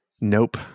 Nope